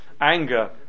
anger